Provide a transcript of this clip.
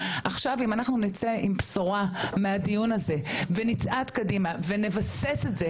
עכשיו אם אנחנו נצא עם בשורה מהדיון הזה ונצעד קדימה ונבסס את זה,